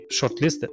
shortlisted